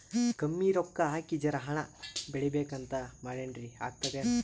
ಕಮ್ಮಿ ರೊಕ್ಕ ಹಾಕಿ ಜರಾ ಹಣ್ ಬೆಳಿಬೇಕಂತ ಮಾಡಿನ್ರಿ, ಆಗ್ತದೇನ?